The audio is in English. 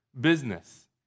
business